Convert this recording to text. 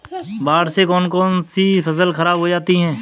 बाढ़ से कौन कौन सी फसल खराब हो जाती है?